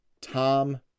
tom